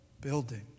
building